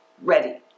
ready